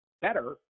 better